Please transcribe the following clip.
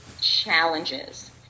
challenges